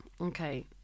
Okay